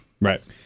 Right